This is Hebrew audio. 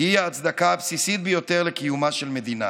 היא ההצדקה הבסיסית ביותר לקיומה של מדינה.